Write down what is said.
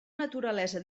naturalesa